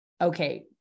okay